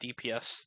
dps